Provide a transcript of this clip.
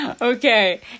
okay